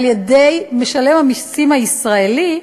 על-ידי משלם המסים הישראלי,